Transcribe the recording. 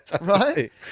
right